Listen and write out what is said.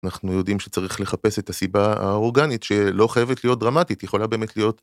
אנחנו יודעים שצריך לחפש את הסיבה האורגנית שלא חייבת להיות דרמטית יכולה באמת להיות.